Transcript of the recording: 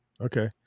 Okay